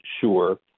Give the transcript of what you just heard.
Sure